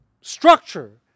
structure